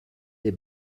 des